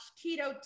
keto